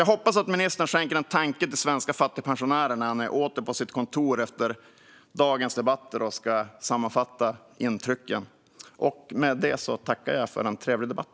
Jag hoppas att ministern skänker en tanke till svenska fattigpensionärer när han är åter på sitt kontor efter dagens debatter och ska sammanfatta intrycken. Med detta tackar jag för dagens debatt.